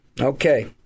Okay